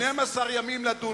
12 ימים לדון בהם.